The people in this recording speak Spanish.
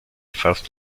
first